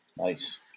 nice